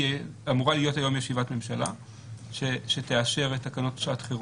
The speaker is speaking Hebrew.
אמורה להיות היום ישיבת ממשלה שתאשר את תקנות לשעת חירום.